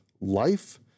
life